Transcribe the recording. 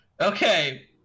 Okay